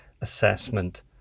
assessment